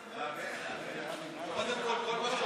מגבלת רישיון נהיגה), התש"ף 2020,